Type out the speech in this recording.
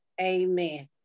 Amen